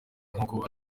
nkuko